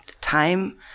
time